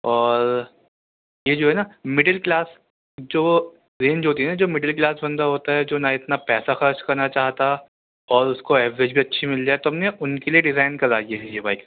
اور یہ جو ہے نا مڈل کلاس جو رینج ہوتی ہے جو مڈل کلاس بندہ ہوتا ہے جو نا اتنا پیسہ خرچ کرنا چاہتا اور اس کو ایوریج بھی اچھی مل جائے تو ہم نے یہ ان کے لیے ڈیزائن کرائی ہے یہ بائک